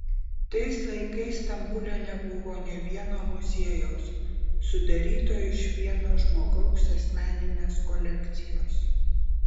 tais laikais stambule nebuvo nė vieno muziejaus sudaryto iš vieno žmogaus asmeninės kolekcijos